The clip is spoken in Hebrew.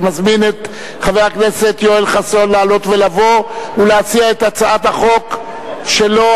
אני מזמין את חבר הכנסת יואל חסון לעלות ולבוא ולהציע את הצעת החוק שלו,